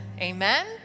amen